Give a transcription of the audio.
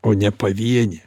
o ne pavienė